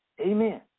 Amen